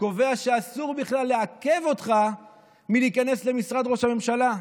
קובע שאסור בכלל לעכב אותך מלהיכנס למשרד ראש הממשלה.